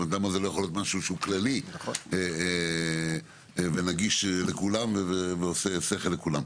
למה זה לא יכול להיות משהו כללי ונגיש לכולם ועושה שכל לכולם?